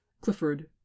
clifford